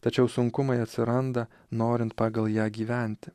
tačiau sunkumai atsiranda norint pagal ją gyventi